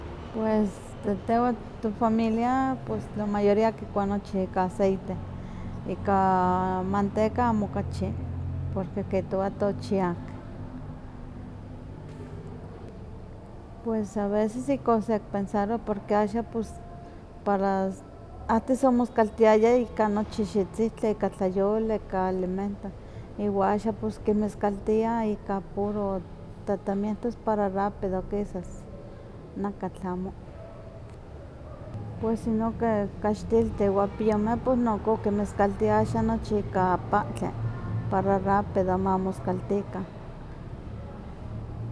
Pues de tehwan de to familia la mayoría kikua nochi ika aceite, ika manteka amo okachi, porque kihtowa towchiak. Pues a veces ihkon sekipensarowa porque axan pos para antes omoskaltiayah ika nochi xiwtzihtzin, ika tlayoli ka alimento iwa axan kimiskaltiah ika puro tratamientos para rápido kisas nakatl, amo. Pues inonkeh kaxtiltih iwa piomeh nohko kinmiskaltiah axa nochi ika pahtli para rapido ma moskaltikan.